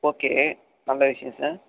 okay நல்ல விஷயம் sir